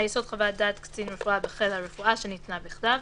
על יסוד חוות דעת קצין רפואה בחיל הרפואה שניתנה בכתב,